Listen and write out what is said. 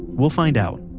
we'll find out,